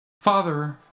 Father